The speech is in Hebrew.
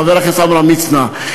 חבר הכנסת עמרם מצנע,